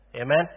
Amen